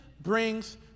brings